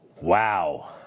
Wow